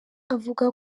avuga